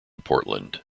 portland